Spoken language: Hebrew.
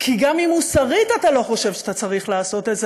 כי גם אם מוסרית אתה לא חושב שאתה צריך לעשות את זה,